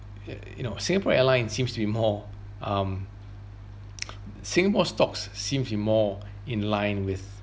you you know singapore airline seems to be more um singapore stocks seems to be more in line with